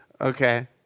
Okay